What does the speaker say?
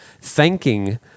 thanking